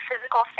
physical